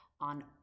On